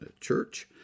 church